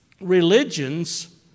religions